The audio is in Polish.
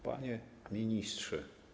Panie Ministrze!